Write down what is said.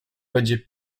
będzie